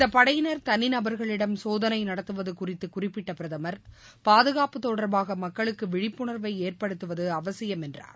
இந்த படையினர் தனிநபர்களிடம் சோதனை நடத்துவது குறித்து குறிப்பிட்ட பிரதமர் பாதுகாப்பு தொடர்பாக மக்களுக்கு விழிப்புணர்வை ஏற்படுத்துவது அவசியம் என்றார்